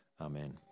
amen